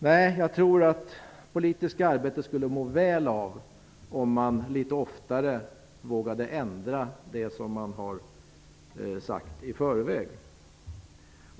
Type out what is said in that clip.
Nej, jag tror att det politiska arbetet skulle må väl av att man litet oftare vågade ändra det som har sagts i förväg.